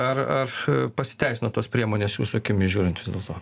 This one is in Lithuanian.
ar ar pasiteisino tos priemonės jūsų akimis žiūrint vis dėlto